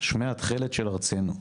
שמי התכלת של ארצנו.